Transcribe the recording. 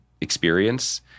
experience